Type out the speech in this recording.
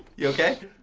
you okay?